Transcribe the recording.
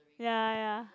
ya ya